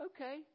okay